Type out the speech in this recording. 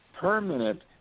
permanent